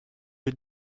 you